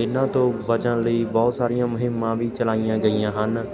ਇਹਨਾਂ ਤੋਂ ਬਚਣ ਲਈ ਬਹੁਤ ਸਾਰੀਆਂ ਮੁਹਿੰਮਾਂ ਵੀ ਚਲਾਈਆਂ ਗਈਆਂ ਹਨ